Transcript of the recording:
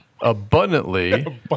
abundantly